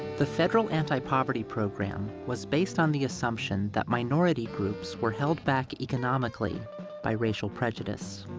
the federal anti-poverty program was based on the assumption that minority groups were held back economically by racial prejudice.